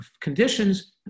conditions